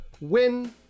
win